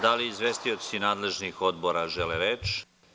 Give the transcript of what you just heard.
Da li izvestioci nadležnih odbora žele reč?